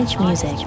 music